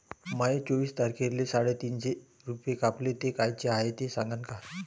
माये चोवीस तारखेले साडेतीनशे रूपे कापले, ते कायचे हाय ते सांगान का?